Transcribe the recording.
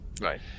right